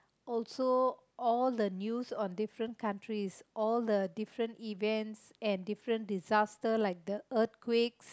also all the news on different countries all the different events and different disaster like the earthquake